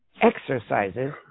exercises